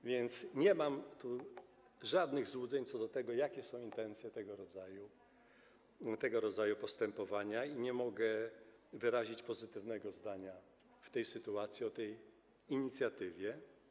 A więc nie mam tu żadnych złudzeń co do tego, jakie są intencje tego rodzaju postępowania, i nie mogę wyrazić pozytywnego zdania w tej sytuacji o tej inicjatywie.